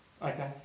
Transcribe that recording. Okay